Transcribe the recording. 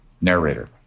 narrator